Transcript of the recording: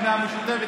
אפילו מהמשותפת,